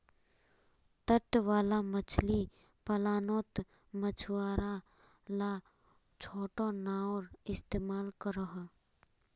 तट वाला मछली पालानोत मछुआरा ला छोटो नओर इस्तेमाल करोह